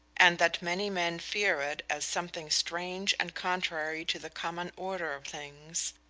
and that many men fear it as something strange and contrary to the common order of things,